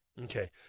Okay